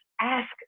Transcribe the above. ask